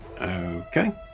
Okay